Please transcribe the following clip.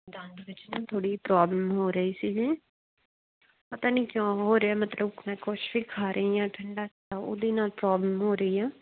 ਦੰਦ ਵਿੱਚ ਨਾ ਥੋੜ੍ਹੀ ਜੀ ਪ੍ਰੋਬਲਮ ਹੋ ਰਹੀ ਸੀਗੀ ਪਤਾ ਨਹੀਂ ਕਿਉਂ ਹੋ ਰਿਹਾ ਮਤਲਬ ਮੈਂ ਕੁਛ ਵੀ ਖਾ ਰਹੀ ਹਾਂ ਠੰਡਾ ਉਹਦੇ ਨਾਲ ਪ੍ਰੋਬਲਮ ਹੋ ਰਹੀ ਆ